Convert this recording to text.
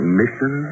mission